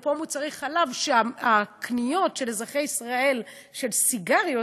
אפרופו מוצרי חלב: הקניות של אזרחי ישראל של סיגריות,